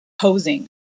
posing